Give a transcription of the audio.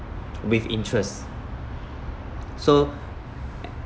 with interests so